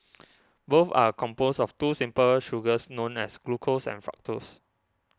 both are composed of two simple sugars known as glucose and fructose